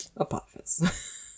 Apophis